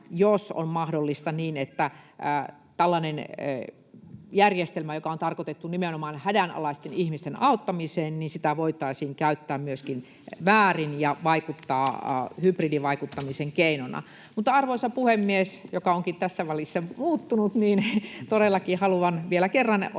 jos on mahdollista, että tällaista järjestelmää, joka on tarkoitettu nimenomaan hädänalaisten ihmisten auttamiseen, voitaisiin käyttää myöskin väärin ja hybridivaikuttamisen keinona. Mutta, arvoisa puhemies — joka onkin tässä välissä muuttunut — todellakin haluan vielä kerran osoittaa